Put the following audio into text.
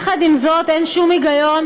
עם זאת, אין שום היגיון